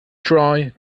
try